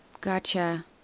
Gotcha